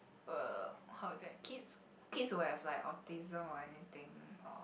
uh how to say kids kids who have like autism or anything or